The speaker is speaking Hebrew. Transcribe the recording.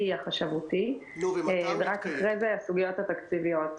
החשבותי ורק אחרי זה הסוגיות התקציביות.